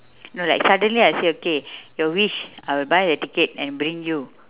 no like suddenly I say okay your wish I'll buy you a ticket and bring you